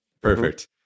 perfect